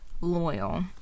loyal